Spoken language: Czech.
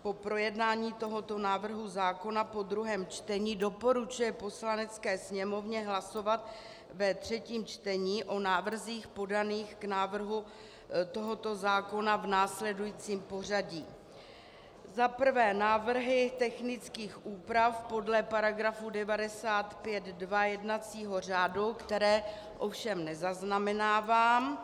Po projednání tohoto návrhu zákona po druhém čtení doporučuje Poslanecké sněmovně hlasovat ve třetím čtení o návrzích podaných k návrhu tohoto zákona v následujícím pořadí: za prvé návrhy technických úprav podle § 95 2 jednacího řádu, které ovšem nezaznamenávám.